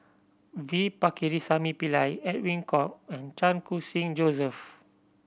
V Pakirisamy Pillai Edwin Koek and Chan Khun Sing Joseph